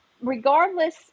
regardless